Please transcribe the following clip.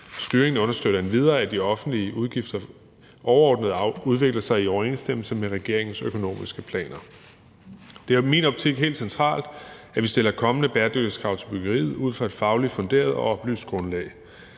Styringen understøtter endvidere, at de offentlige udgifter overordnet udvikler sig i overensstemmelse med regeringens økonomiske planer. Det er i min optik helt centralt, at vi stiller kommende bæredygtighedskrav til byggeriet ud fra et fagligt funderet og oplyst grundlag.